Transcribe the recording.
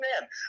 man